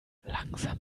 langsam